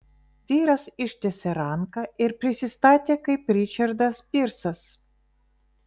vyras ištiesė ranką ir prisistatė kaip ričardas pyrsas